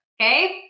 Okay